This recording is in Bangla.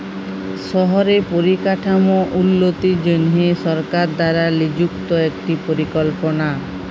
শহরে পরিকাঠাম উল্যতির জনহে সরকার দ্বারা লিযুক্ত একটি পরিকল্পলা